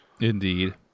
Indeed